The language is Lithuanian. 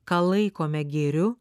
ką laikome gėriu